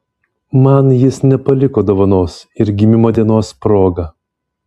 man jis nepaliko dovanos ir gimimo dienos proga